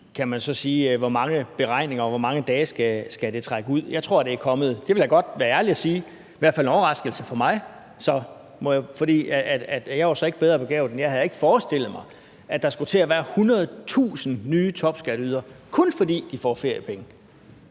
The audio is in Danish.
kan man så sige, ikke beregnet, hvor mange dage det skal trække ud. Det er i hvert fald kommet, vil jeg godt være ærlig at sige, som en overraskelse for mig. Jeg er så ikke bedre begavet, end at jeg ikke havde forestillet mig, at der skulle til at være 100.000 nye topskatteydere, kun fordi de får feriepenge.